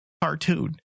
cartoon